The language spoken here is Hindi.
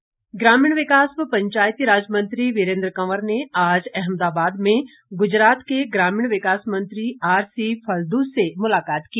वीरेन्द्र कंवर ग्रामीण विकास व पंचायतीराज मंत्री वीरेन्द्र कंवर ने आज अहमदाबाद में गुजरात के ग्रमीण विकास मंत्री आरसीफलदू से मुलाकात की